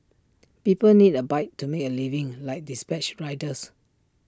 people need A bike to make A living like dispatch riders